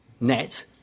net